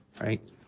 right